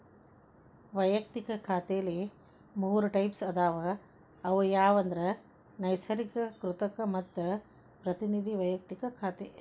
ವಯಕ್ತಿಕ ಖಾತೆಲಿ ಮೂರ್ ಟೈಪ್ಸ್ ಅದಾವ ಅವು ಯಾವಂದ್ರ ನೈಸರ್ಗಿಕ, ಕೃತಕ ಮತ್ತ ಪ್ರತಿನಿಧಿ ವೈಯಕ್ತಿಕ ಖಾತೆ